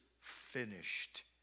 finished